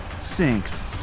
sinks